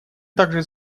также